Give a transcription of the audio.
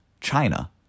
China